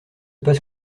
passe